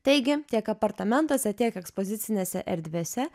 taigi tiek apartamentuose tiek ekspozicinėse erdvėse